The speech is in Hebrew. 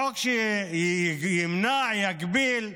החוק שימנע, יגביל,